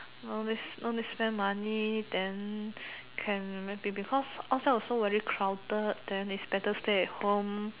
no need no need spend money then can maybe because outside also very crowded then is better stay at home